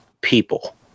people